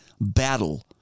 battle